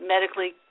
medically